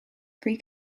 three